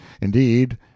Indeed